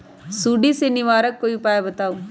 सुडी से निवारक कोई उपाय बताऊँ?